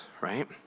right